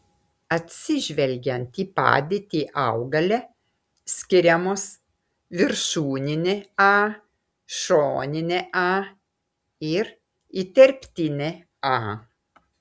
atsižvelgiant į padėtį augale skiriamos viršūninė a šoninė a ir įterptinė a